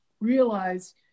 realize